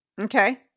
okay